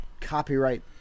copyright